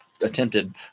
attempted